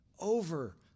over